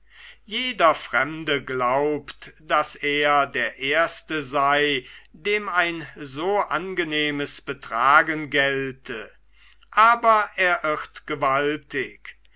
jeder fremde glaubt daß er der erste sei dem ein so angenehmes betragen gelte aber er irrt gewaltig